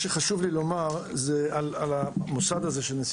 חשוב לי לומר על המוסד הזה של נשיא